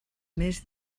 més